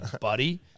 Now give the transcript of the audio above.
buddy